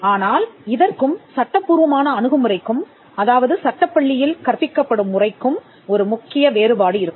ஆனால் இதற்கும் சட்டபூர்வமான அணுகுமுறைக்கும் அதாவது சட்டப் பள்ளியில் கற்பிக்கப்படும் முறைக்கும் ஒரு முக்கிய வேறுபாடு இருக்கும்